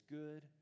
good